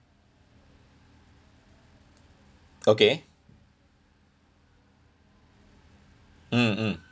okay mm mm